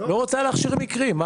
לא רוצה להכשיר מקרים.